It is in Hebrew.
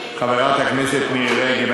חברת הכנסת מירי רגב,